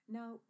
now